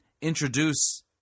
introduce